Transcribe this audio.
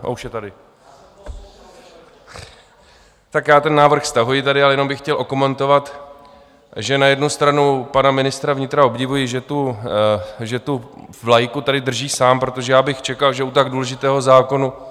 A už je tady, tak já ten návrh stahuji, a jenom bych chtěl okomentovat, že na jednu stranu pana ministra vnitra obdivuji, že tu vlajku tady drží sám, protože já bych čekal, že u tak důležitého zákona...